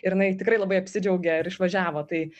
ir jinai tikrai labai apsidžiaugė ir išvažiavo tai